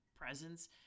presence